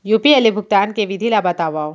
UPI ले भुगतान के विधि ला बतावव